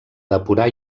depurar